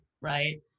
right